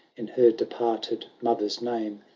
in her departed mother s name,